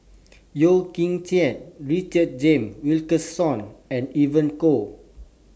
Yeo Kian Chye Richard James Wilkinson and Evon Kow